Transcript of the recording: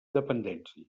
dependència